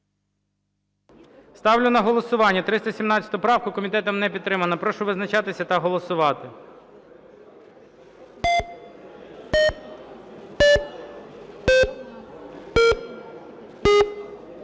Ставлю на голосування 356 правку. Комітет не підтримав. Прошу визначатися та голосувати.